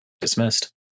Dismissed